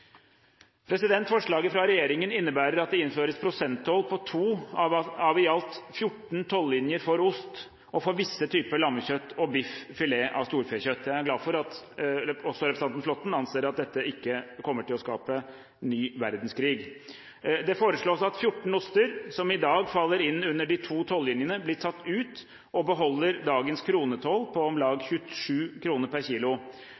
Forslaget fra regjeringen innebærer at det innføres prosenttoll på 2 av i alt 14 tollinjer for ost og for visse typer lammekjøtt og biff/filet av storfekjøtt. Jeg er glad for at også representanten Flåtten anser at dette ikke kommer til å skape ny verdenskrig. Det foreslås at 14 oster, som i dag faller inn under de 2 tollinjene, blir tatt ut og beholder dagens kronetoll på om lag 27 kr per